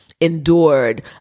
endured